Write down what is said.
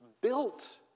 built